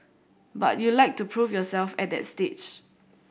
but you'd like to prove yourself at that stage